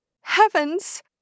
heavens